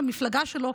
למפלגה שלו,